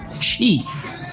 chief